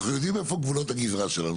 אנחנו יודעים איפה גבולות הגזרה שלנו,